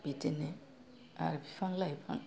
बिदिनो आरो बिफां लाइफां